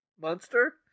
monster